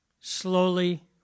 slowly